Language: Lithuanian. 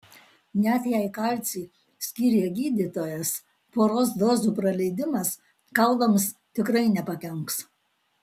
net jei kalcį skyrė gydytojas poros dozių praleidimas kaulams tikrai nepakenks